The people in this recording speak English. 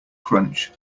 crunch